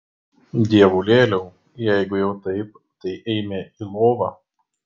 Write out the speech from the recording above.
dievulėliau jeigu jau taip tai eime į lovą